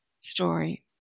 story